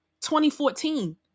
2014